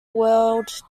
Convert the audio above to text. world